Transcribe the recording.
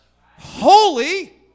holy